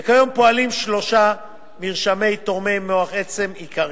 וכיום פועלים שלושה מרשמי תורמי מוח עצם עיקריים: